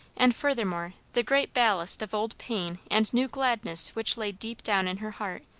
and furthermore, the great ballast of old pain and new gladness which lay deep down in her heart,